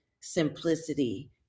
simplicity